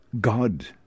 God